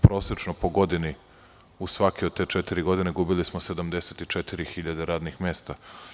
Prosečno po godini, u svake od te četiri godine, izgubili smo 74.000 radnih mesta.